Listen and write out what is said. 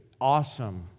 awesome